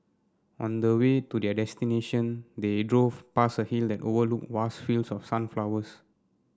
on the way to their destination they drove past a hill that overlooked vast fields of sunflowers